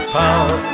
power